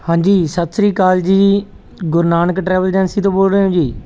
ਹਾਂਜੀ ਸਤਿ ਸ਼੍ਰੀ ਅਕਾਲ ਜੀ ਗੁਰੂ ਨਾਨਕ ਟਰੈਵਲ ਏਜੰਸੀ ਤੋਂ ਬੋਲ ਰਹੇ ਹੋ ਜੀ